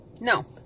No